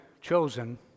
chosen